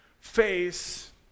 face